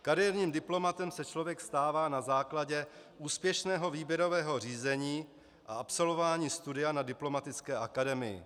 Kariérním diplomatem se člověk stává na základě úspěšného výběrového řízení a absolvování studia na diplomatické akademii.